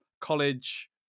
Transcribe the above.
college